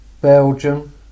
Belgium